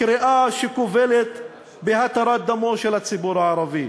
קריאה שגובלת בהתרת דמו של הציבור הערבי.